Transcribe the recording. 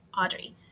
Audrey